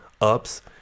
ups